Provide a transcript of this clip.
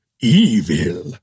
evil